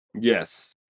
Yes